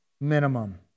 minimum